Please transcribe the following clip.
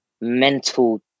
mental